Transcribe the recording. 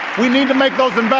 we need to make those and but